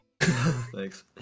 Thanks